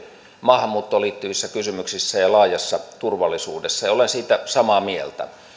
maahanmuuttoon liittyvissä kysymyksissä ja laajassa turvallisuudessa ja olen siitä samaa mieltä